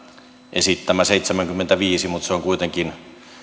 esittämä seitsemänkymmentäviisi miljoonaa mutta se on kuitenkin